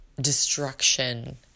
destruction